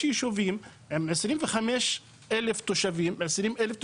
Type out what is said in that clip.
יש ישובים עם 25,000 תושבים, 20,000 תושבים,